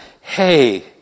hey